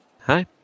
Hi